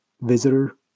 visitor